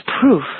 proof